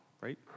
right